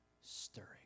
stirring